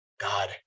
god